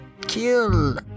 kill